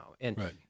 and-